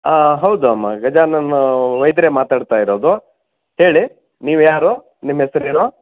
ಹಾಂ ಹೌದು ಅಮ್ಮ ಗಜಾನನ ವೈದ್ಯರೇ ಮಾತಾಡ್ತಾ ಇರೋದು ಹೇಳಿ ನೀವ್ಯಾರು ನಿಮ್ಮ ಹೆಸರೇನು